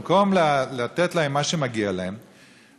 במקום לתת להם מה שמגיע להם,